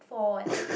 four eh